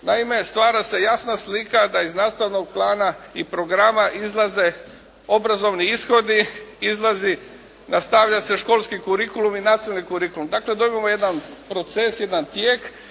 Naime stvara se jasna slika da iz nastavnog plana i programa izlaze obrazovni ishodi, izlazi, nastavlja se školski «curriculu» i nacionalni «curriculum». Dakle dobivamo jedan proces, jedan tijek